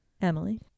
Emily